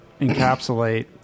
encapsulate